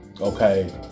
Okay